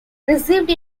received